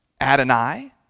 Adonai